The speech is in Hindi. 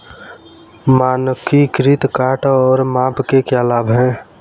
मानकीकृत बाट और माप के क्या लाभ हैं?